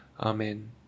Amen